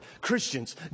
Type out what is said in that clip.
Christians